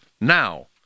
now